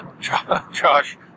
Josh